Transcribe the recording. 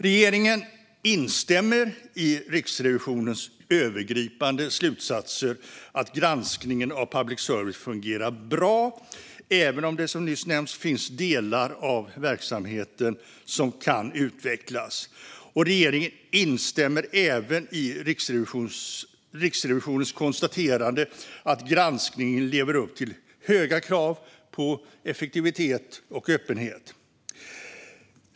Regeringen instämmer i Riksrevisionens övergripande slutsatser att granskningen av public service fungerar bra, även om det, som nyss nämnts, finns delar av verksamheten som kan utvecklas. Regeringen instämmer även i Riksrevisionens konstaterande att granskningen lever upp till höga krav på effektivitet och öppenhet.